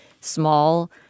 small